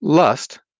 Lust